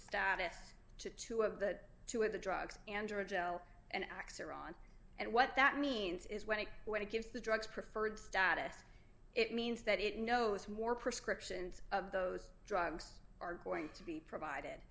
status to two of the two of the drugs and original and x are on and what that means is when it when it gives the drugs preferred status it means that it knows more prescriptions of those drugs are going to be provided